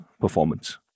performance